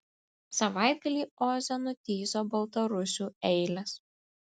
savaitgalį oze nutįso baltarusių eilės